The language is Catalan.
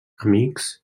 amics